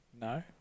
No